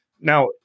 Now